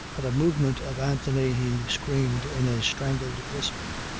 at a movement of anthony he screamed in a strangled whisper.